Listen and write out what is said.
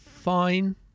fine